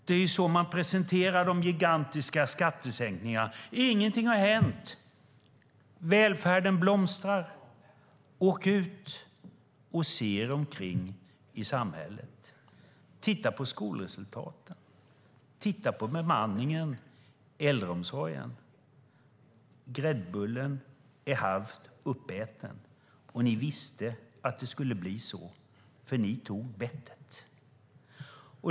Det är på det sättet man presenterar de gigantiska skattesänkningarna: Ingenting har hänt! Välfärden blomstrar. Åk ut och se er omkring i samhället! Titta på skolresultaten! Titta på bemanningen i äldreomsorgen! Gräddbullen är halvt uppäten. Och ni visste att det skulle bli så. Det var nämligen ni som tog bettet.